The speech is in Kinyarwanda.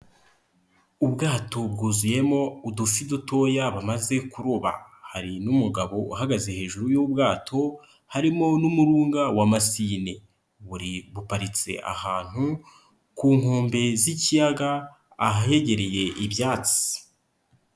Ubwato bwuzuyemo udufi dutoya bamaze kuroba, hari n'umugabo uhagaze hejuru y'ubwato harimo n'umurunga wa masine, buri buparitse ahantu ku nkombe z'ikiyaga ahahegereye ibyatsi.